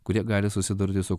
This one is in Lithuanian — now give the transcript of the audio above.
kurie gali susidurti su